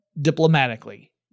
diplomatically